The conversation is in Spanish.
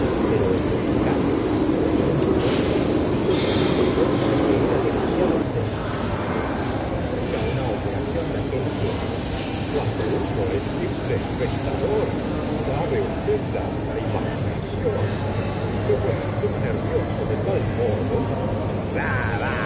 pero el boticario poniéndose encendido confesó que era demasiado sensible para asistir á una operación de aquel género cuando uno es simple espectador sabe usted la imaginación y tengo el sistema nervioso de tal modo